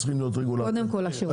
קודם כל לשירות.